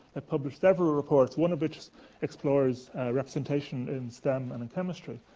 ah published several reports, one of which explores representation in stem and in chemistry,